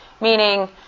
meaning